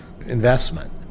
investment